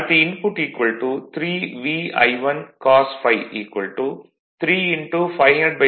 அடுத்து input 3 VI1cos Φ 3 500√3 103